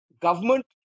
government